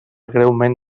greument